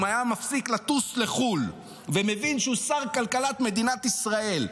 אם היה מפסיק לטוס לחו"ל ומבין שהוא שר כלכלת מדינת ישראל,